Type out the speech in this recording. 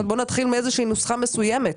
אני אומרת, בואו נתחיל מאיזושהי נוסחה מסוימת.